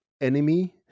enemy